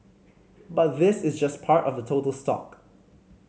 but this is just part of the total stock